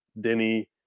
Denny